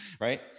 right